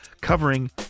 covering